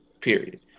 Period